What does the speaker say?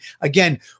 again